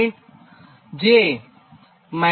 25 થશે